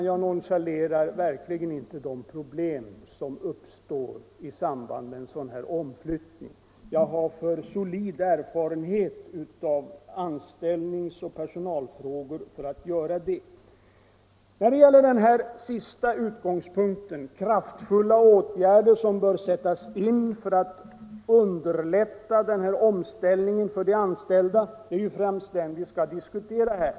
Jag nonchalerar verkligen inte, herr Wijkman, de problem som uppstår i samband med en sådan här omflyttning — jag har för solid erfarenhet av anställningsoch personalfrågor för att göra det. Det är ju den sista utgångspunkten — att kraftfulla åtgärder bör sättas in för att underlätta omställningen för de anställda — som vi främst skall diskutera här.